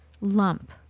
Lump